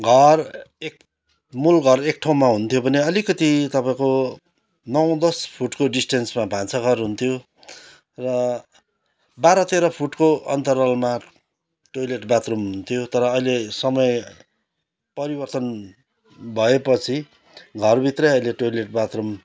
घर एक मूलघर एक ठाउँमा हुन्थ्यो पनि अलिकति तपाईँको नौ दस फुटको डिस्टेन्समा भान्साघर हुन्थ्यो र बाह्र तेह्र फुटको अन्तरालमा टोइलेट बाथरुम हुन्थ्यो तर अहिले समय परिवर्तन भएपछि घरभित्रै अहिले टोइलेट बाथरुम